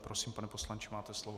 Prosím, pane poslanče, máte slovo.